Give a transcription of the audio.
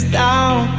down